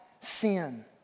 sin